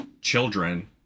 children